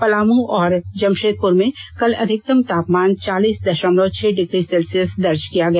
पलामू और जमशेदपुर में कल अधिकतम तापमान चालीस दशमलव छह डिग्री सेल्सियस दर्ज किया गया